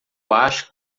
acho